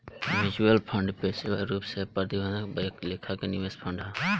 mutual fund पेशेवर रूप से प्रबंधित एक लेखा के निवेश फंड हा